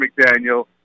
McDaniel